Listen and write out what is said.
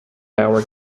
hour